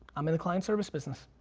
i'm in the client service business.